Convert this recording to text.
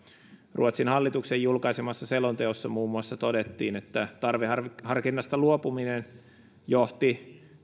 ruotsin hallituksen julkaisemassa selonteossa muun muassa todettiin että tarveharkinnasta luopuminen johti